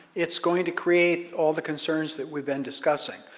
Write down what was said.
it's going to create all the concerns that we've been discussing.